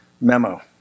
memo